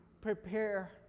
prepare